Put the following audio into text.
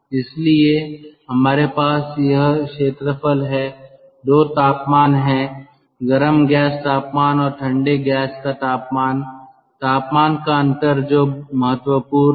इसलिए हमारे पास यह क्षेत्रफल है 2 तापमान हैं गर्म गैस तापमान और ठंडे गैस का तापमान तापमान का अंतर जो महत्वपूर्ण है